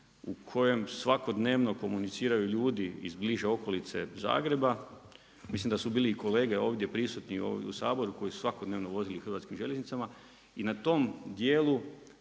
u kojem svakodnevno komuniciraju ljudi iz bliže okolice Zagreba. Mislim da su bili i kolege ovdje prisutni u Saboru koji su se svakodnevno vozili Hrvatskim željeznicama. I na tom dijelu